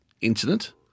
Incident